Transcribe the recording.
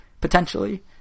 potentially